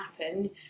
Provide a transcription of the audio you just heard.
happen